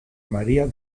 maría